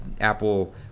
Apple